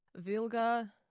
Vilga